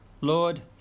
Lord